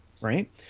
right